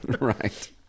Right